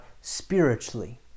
spiritually